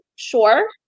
sure